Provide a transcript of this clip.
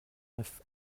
life